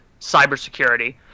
Cybersecurity